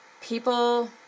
people